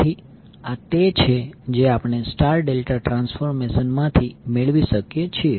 તેથી આ તે છે જે આપણે સ્ટાર ડેલ્ટા ટ્રાન્સફોર્મેશન માંથી મેળવી શકીએ છીએ